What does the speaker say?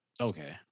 Okay